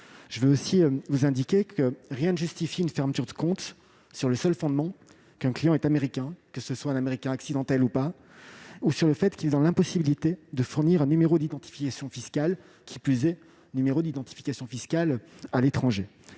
Je souhaite aussi indiquer que rien ne justifie une fermeture de compte sur le seul fondement qu'un client est américain, qu'il soit ou non américain « accidentel », ou qu'il est dans l'impossibilité de fournir un numéro d'identification fiscale, qui, de plus, est un numéro d'identification fiscale à l'étranger.